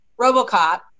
Robocop